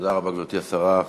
תודה רבה, גברתי השרה.